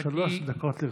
שלוש דקות לרשותך.